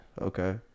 Okay